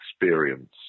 experience